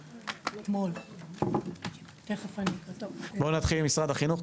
בואו נתחיל עם משרד החינוך,